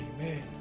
Amen